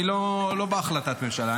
אני לא בהחלטת הממשלה,